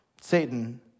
Satan